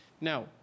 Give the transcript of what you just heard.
Now